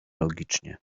logicznie